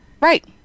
Right